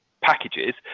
packages